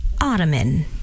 ottoman